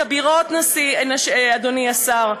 כבירות, אדוני השר.